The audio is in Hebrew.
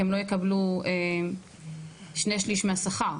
הן לא יקבלו שני שליש מהשכר,